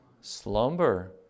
Slumber